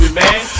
man